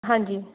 ਹਾਂਜੀ